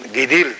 Gidil